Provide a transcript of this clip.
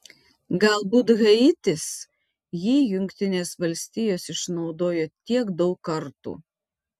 galbūt haitis jį jungtinės valstijos išnaudojo tiek daug kartų